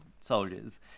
soldiers